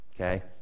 okay